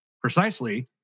precisely